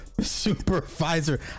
Supervisor